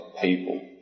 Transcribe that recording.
people